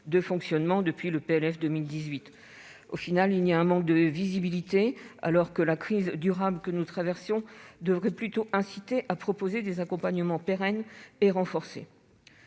de fonctionnement depuis le PLF 2018. Au final, l'opérateur manque de visibilité, alors que la crise durable que nous traversons devrait plutôt inciter à proposer des accompagnements pérennes et renforcés.